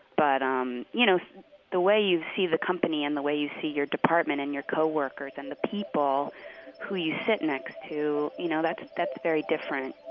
but um you know the way you see the company and the way you see your department and your co-workers and the people who you sit next to, you know that's that's very different